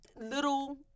little